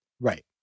Right